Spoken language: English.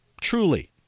truly